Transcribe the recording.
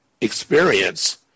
experience